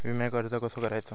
विम्याक अर्ज कसो करायचो?